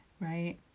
Right